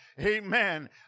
Amen